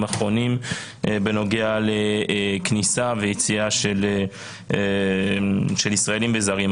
האחרונים בנוגע לכניסה ויציאה של ישראלים וזרים.